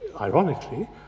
ironically